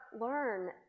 learn